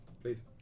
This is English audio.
Please